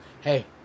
hey